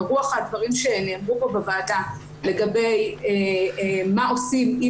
ורוח הדברים שנאמרו פה בוועדה לגבי מה עושים עם